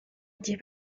igihe